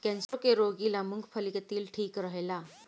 कैंसरो के रोगी ला मूंगफली के तेल ठीक रहेला